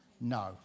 No